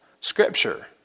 scripture